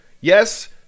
Yes